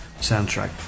soundtrack